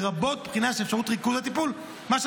לרבות בחינה של אפשרות ריכוז הטיפול והשירות,